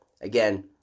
Again